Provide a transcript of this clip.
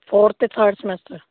fourth ਤੇ third semester